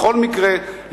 בכל מקרה,